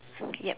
yup